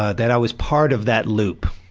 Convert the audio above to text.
ah that i was part of that loop,